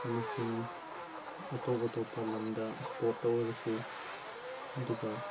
ꯑꯃꯁꯨꯡ ꯑꯇꯣꯞ ꯑꯇꯣꯞꯄ ꯂꯝꯗ ꯏꯁꯄꯣꯔꯠꯇ ꯑꯣꯏꯔꯁꯨ ꯑꯗꯨꯒ